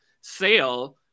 sale